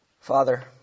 Father